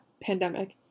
pandemic